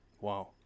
Wow